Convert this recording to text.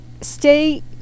stay